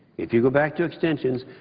if you go back to extensions,